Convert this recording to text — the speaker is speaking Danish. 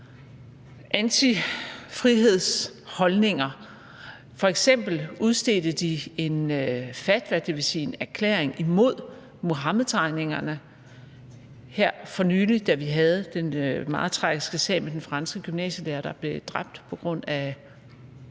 antifrihedsholdninger. F.eks. udstedte de en fatwa, dvs. en erklæring, imod Muhammedtegningerne for nylig, da vi havde den meget tragiske sag med den franske gymnasielærer, der blev dræbt på grund af